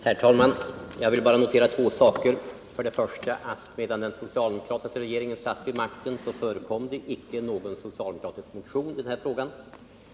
Herr talman! Jag vill bara notera två saker. För det första: Medan den socialdemokratiska regeringen satt vid makten förekom det icke någon socialdemokratisk motion i denna fråga.